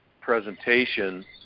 presentation